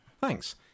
Thanks